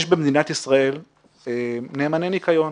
יש במדינת ישראל נאמני ניקיון.